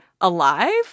alive